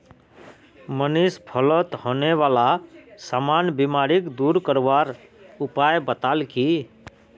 मनीष फलत होने बाला सामान्य बीमारिक दूर करवार उपाय बताल की